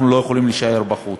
אנחנו לא יכולים להישאר בחוץ.